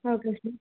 okay sir